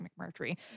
McMurtry